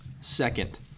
Second